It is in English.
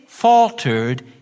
faltered